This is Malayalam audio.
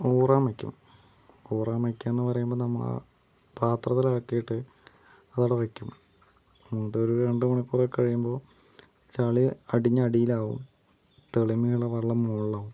ഊറാൻ വക്കും ഊറാൻ വക്കുന്ന് പറയുമ്പോൾ നമ്മൾ പാത്രത്തിലാക്കിയിട്ട് അവിടെ വയ്ക്കും എന്നിട്ടൊരു രണ്ട് മണിക്കൂറൊക്കെ കഴിയുമ്പോൾ ചളി അടിഞ്ഞ് അടിലാവും തെളിമയുള്ള വെള്ളം മുകളിലാവും